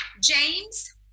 James